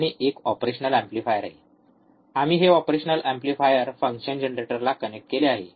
आणि एक operational amplifier आहे आम्ही हे ऑपरेशनल एम्प्लीफायर फंक्शन जनरेटरला कनेक्ट केले आहे